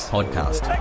Podcast